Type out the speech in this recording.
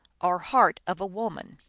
or heart of a woman.